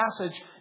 passage